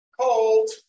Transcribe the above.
cold